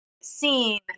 seen